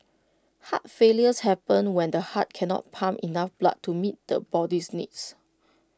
heart failures happens when the heart cannot pump enough blood to meet the body's needs